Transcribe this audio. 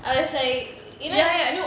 I was like you know how you